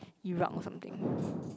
Iraq or something